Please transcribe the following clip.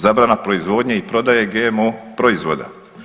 Zabrana proizvodnje i prodaje GMO proizvoda.